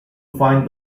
find